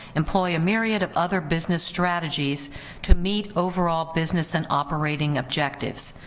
employ a myriad of other business strategies to meet overall business and operating objectives.